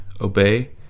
obey